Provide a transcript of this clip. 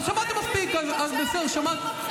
אנחנו שמענו אותך מספיק, אז שמעתם מספיק.